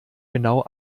genau